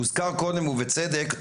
הוזכר קודם ובצדק,